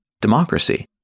democracy